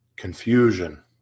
Confusion